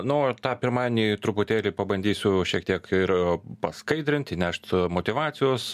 na o tą pirmadienį truputėlį pabandysiu šiek tiek ir paskaidrint įnešt motyvacijos